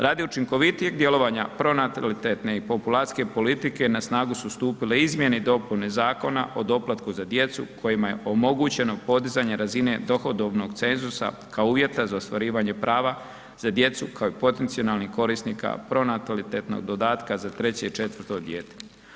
Radi učinkovitije djelovanja pronatalitetne i populacijske politike na snagu su stupile izmjene i dopune Zakona o doplatku za djecu kojima je omogućeno podizanje razine dohodovnog cenzusa kao uvjeta za ostvarivanje prava za djecu kao i potencijalnih korisnika pronatalitetnog dodatka za 3. i 4. dijete.